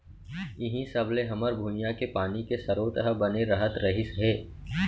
इहीं सब ले हमर भुंइया के पानी के सरोत ह बने रहत रहिस हे